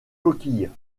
coquille